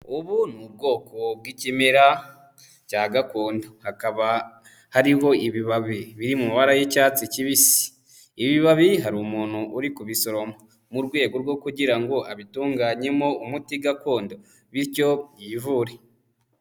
Ubu ni ubwoko bw'ikimera cya gakondo, hakaba hariho ibibabi biri mu mabara y'icyatsi kibisi, ibi bibabi hari umuntu uri kubisoroma, mu rwego rwo kugira ngo abitunganyemo umuti gakondo bityo yivure.